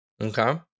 Okay